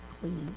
clean